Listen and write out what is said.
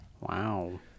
Wow